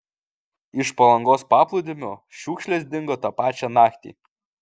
iš palangos paplūdimio šiukšlės dingo tą pačią naktį